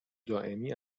دائمی